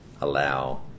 allow